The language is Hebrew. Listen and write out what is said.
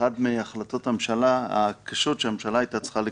אחת מהחלטות הממשלה הקשות שהממשלה צריכה לקבל.